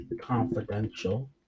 confidential